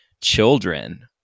children